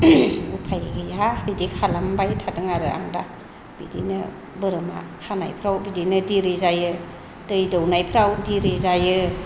उफाय गैया बिदि खालामबाय थादों आरो आं दा बिदिनो बोरमा खानायफ्राव बिदिनो दिरि जायो दै दौनायफ्राव दिरि जायो